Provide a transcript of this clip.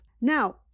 Now